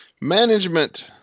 management